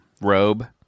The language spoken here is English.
robe